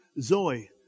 Zoe